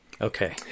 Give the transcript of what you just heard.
Okay